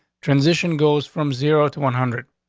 transition goes from zero to one hundred